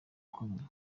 ukomeye